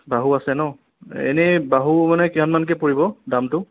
বাহু আছে ন এনেই বাহু মানে কিমান মানকৈ পৰিব দামটো